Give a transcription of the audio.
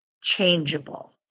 changeable